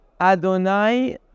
Adonai